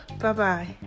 Bye-bye